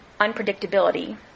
unpredictability